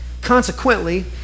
Consequently